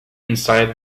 inside